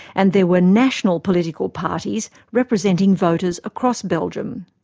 and there were national political parties representing voters across belgium.